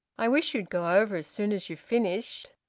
i wish you'd go over as soon as you've finished.